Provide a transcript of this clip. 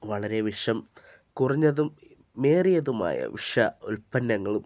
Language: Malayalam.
വളരെ വിഷം കുറഞ്ഞതും ഏറിയതുമായ വിഷ ഉൽപ്പന്നങ്ങളും